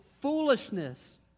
foolishness